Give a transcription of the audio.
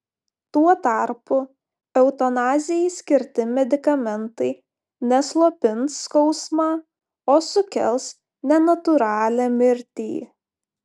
tuo tarpu eutanazijai skirti medikamentai ne slopins skausmą o sukels nenatūralią mirtį